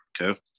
okay